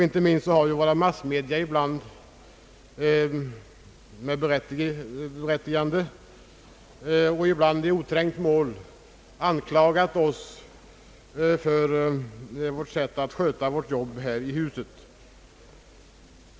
Inte minst har våra massmedia, ibland med berättigande och ibland i oträngt mål, kritiserat vårt sätt att sköta vårt jobb här i huset.